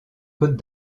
côtes